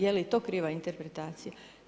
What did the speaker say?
Je li to kriva interpretacija?